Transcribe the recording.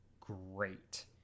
great